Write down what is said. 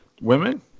women